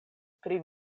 pri